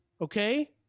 okay